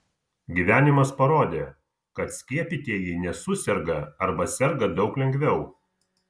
gyvenimas parodė kad skiepytieji nesuserga arba serga daug lengviau